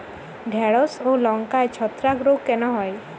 ঢ্যেড়স ও লঙ্কায় ছত্রাক রোগ কেন হয়?